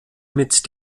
mit